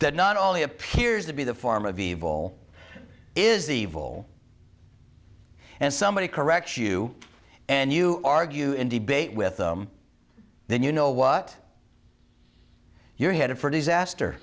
that not only appears to be the form of evil is evil and somebody correct you and you argue and debate with them then you know what you're headed for disaster